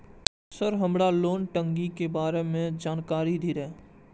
Sir हमरा loan टंगी के बारे में जान कारी धीरे?